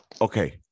okay